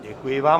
Děkuji vám.